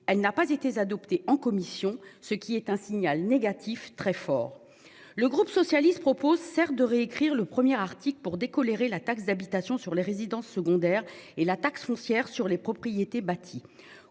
Elle n'a pas été adopté en commission. Ce qui est un signal négatif très fort. Le groupe socialiste proposent sert de réécrire le premier Arctique pour décoléré la taxe d'habitation sur les résidences secondaires et la taxe foncière sur les propriétés bâties,